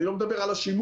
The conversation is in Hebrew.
אני לא מדבר על השימור,